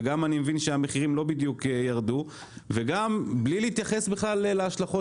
שגם אני מבין שהמחירים לא בדיוק ירדו וגם בלי להתייחס בכלל להשלכות